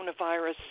coronavirus